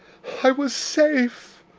i was safe.